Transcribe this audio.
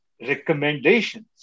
recommendations